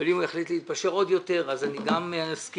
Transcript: ואם הוא יחליט להתפשר עוד יותר, אני גם אסכים.